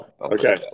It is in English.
Okay